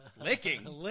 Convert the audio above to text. Licking